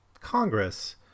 congress